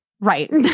Right